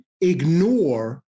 ignore